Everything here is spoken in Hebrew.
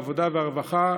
העבודה והרווחה,